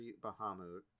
Bahamut